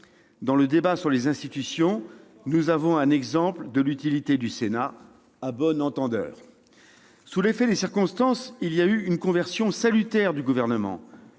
regard du débat sur les institutions, nous avons là un exemple de l'utilité du Sénat. À bon entendeur ... Sous l'effet des circonstances, il y a eu une conversion salutaire du Gouvernement